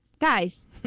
guys